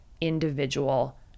individual